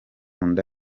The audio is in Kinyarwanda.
abantu